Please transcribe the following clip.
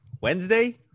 Wednesday